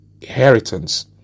inheritance